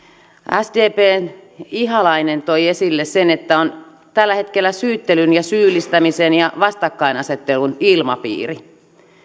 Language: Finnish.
sdpn ihalainen toi esille sen että on tällä hetkellä syyttelyn syyllistämisen ja vastakkainasettelun ilmapiiri